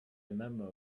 memo